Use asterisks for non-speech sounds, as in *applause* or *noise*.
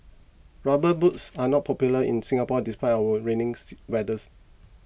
rubber boots are not popular in Singapore despite our rainy *unintelligible* weathers